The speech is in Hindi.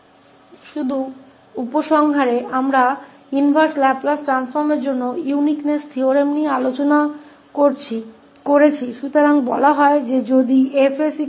और केवल निष्कर्ष निकालने के लिए हमने इनवर्स लाप्लास परिवर्तन के लिए विशिष्टता प्रमेय पर चर्चा की है